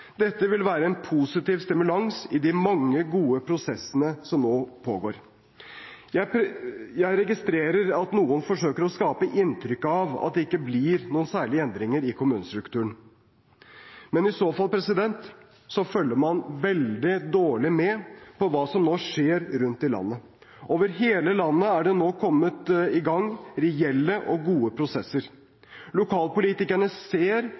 Dette vil være en positiv stimulans i de mange gode prosessene som nå pågår. Jeg registrerer at noen forsøker å skape inntrykk av at det ikke blir noen særlige endringer i kommunestrukturen, men i så fall følger man veldig dårlig med på hva som nå skjer rundt i landet. Over hele landet er det nå kommet i gang reelle og gode prosesser. Lokalpolitikerne ser